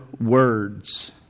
words